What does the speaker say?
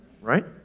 Right